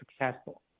successful